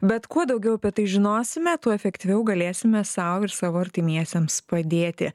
bet kuo daugiau apie tai žinosime tuo efektyviau galėsime sau ir savo artimiesiems padėti